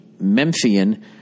memphian